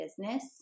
business